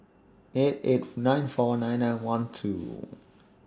eight eight nine four nine nine one two